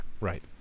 Right